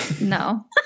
No